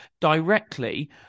directly